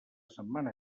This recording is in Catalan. setmana